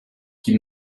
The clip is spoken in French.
qui